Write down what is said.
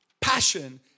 passion